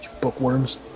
Bookworms